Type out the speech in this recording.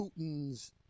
Putin's